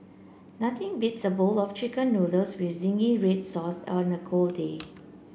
nothing beats a bowl of chicken noodles with zingy red sauce on a cold day